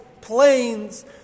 planes